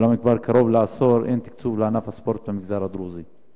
אולם כבר קרוב לעשור אין תקצוב לענף הספורט במגזר הדרוזי.